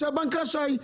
שהבנק רשאי.